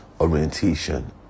orientation